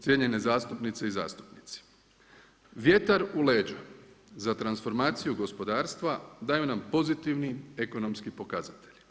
Cijenjene zastupnice i zastupnici vjetar u leđa za transformaciju gospodarstva daju nam pozitivni ekonomski pokazatelji.